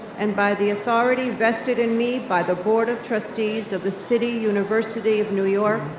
and by the authority vested in me by the board of trustees of the city university of new york,